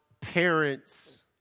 parents